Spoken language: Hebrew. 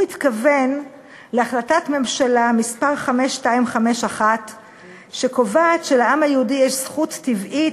הוא התכוון להחלטת ממשלה מס' 5251 שקובעת שלעם היהודי יש זכות טבעית,